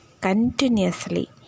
continuously